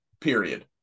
period